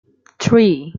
three